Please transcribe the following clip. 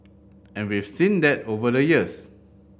and we've seen that over the years